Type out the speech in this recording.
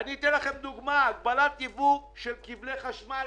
אני אתן לכם דוגמה: הגבלת ייבוא של כבלי חשמל,